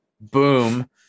boom